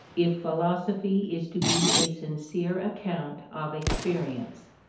if philosophy is to be a sincere account of experience.